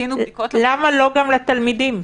למה לא גם לתלמידים?